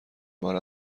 بار